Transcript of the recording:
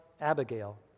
Abigail